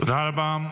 תודה רבה.